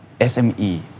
SME